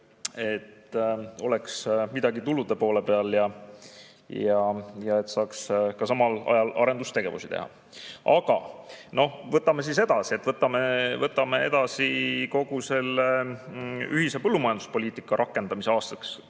et oleks midagi tulude poole peal ja saaks samal ajal arendustegevusi teha. Aga läheme edasi. Võtame kogu selle ühise põllumajanduspoliitika rakendamise aastatel